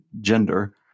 gender